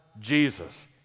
Jesus